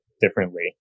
differently